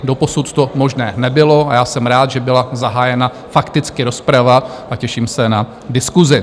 Doposud to možné nebylo a já jsem rád, že byla zahájena fakticky rozprava, a těším se na diskusi.